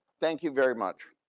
thank you very much